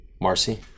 Marcy